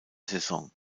saison